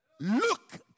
Look